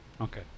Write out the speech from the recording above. Okay